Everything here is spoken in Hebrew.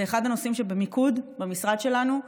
זה אחד הנושאים שבמיקוד במשרד שלנו.